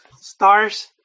stars